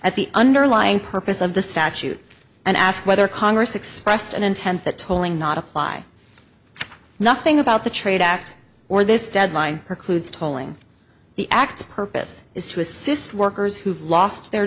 at the underlying purpose of the statute and ask whether congress expressed an intent that tolling not apply nothing about the trade act or this deadline or kluges tolling the act purpose is to assist workers who've lost their